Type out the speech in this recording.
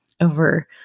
over